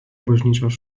bažnyčios